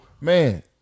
man